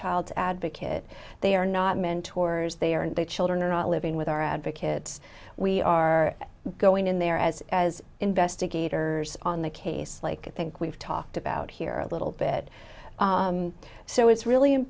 child advocate they are not mentors they are and their children are living with our advocates we are going in there as as investigators on the case like think we've talked about here a little bit so it's really